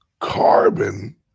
carbon